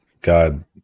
God